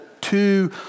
two